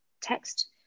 text